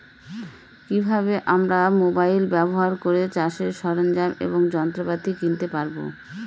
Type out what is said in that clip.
কি ভাবে আমরা মোবাইল ব্যাবহার করে চাষের সরঞ্জাম এবং যন্ত্রপাতি কিনতে পারবো?